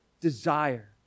desire